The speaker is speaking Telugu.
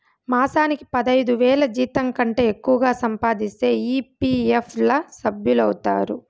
మాసానికి పదైదువేల జీతంకంటే ఎక్కువగా సంపాదిస్తే ఈ.పీ.ఎఫ్ ల సభ్యులౌతారు